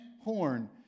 horn